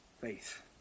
Faith